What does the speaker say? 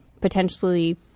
potentially